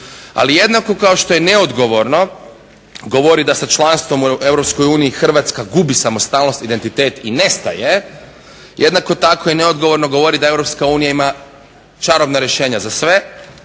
Ali jednako kao što je neodgovorno govoriti da sa članstvom u EU Hrvatska gubi samostalnost, identitet i nestaje jednako tako je neodgovorno govoriti da EU ima čarobna rješenja za sve,